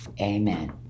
amen